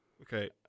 Okay